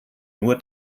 nur